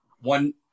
one